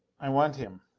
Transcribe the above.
i want him.